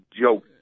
joke